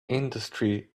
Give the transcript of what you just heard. industry